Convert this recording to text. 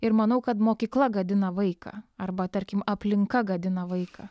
ir manau kad mokykla gadina vaiką arba tarkim aplinka gadina vaiką